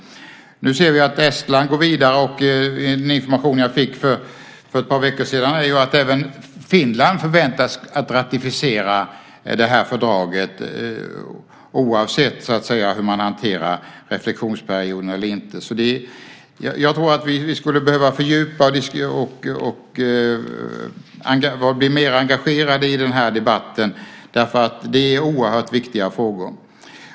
Nu ser vi att Estland går vidare. Enligt information som jag fick för ett par veckor sedan förväntas även Finland ratificera fördraget oavsett hur man hanterar reflexionsperioden. Jag tror att vi skulle behöva fördjupa och bli mer engagerade i den här debatten. Detta är oerhört viktiga frågor.